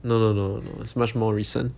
no no no no no it's much more recent